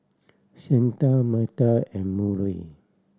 Shanta Metta and Murray